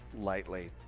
lightly